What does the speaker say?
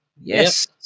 Yes